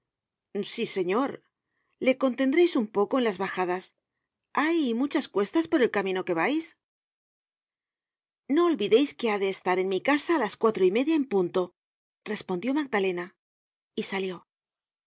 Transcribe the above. sí señor le contendreis un poco en las bajadas hay muchas cuestas por el camino que vais no olvideis que ha de estar en mi casa á las cuatro y media en punto respondió magdalena y salió